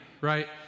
right